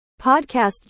Podcast